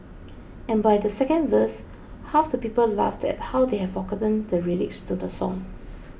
and by the second verse half the people laughed at how they have forgotten the lyrics to the song